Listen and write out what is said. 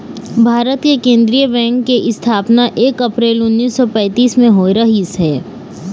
भारत के केंद्रीय बेंक के इस्थापना एक अपरेल उन्नीस सौ पैतीस म होए रहिस हे